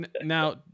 Now